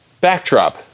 Backdrop